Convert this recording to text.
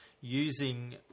using